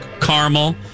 caramel